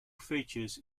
features